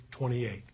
28